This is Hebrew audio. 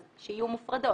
אז שיהיו מופרדות.